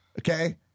okay